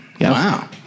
Wow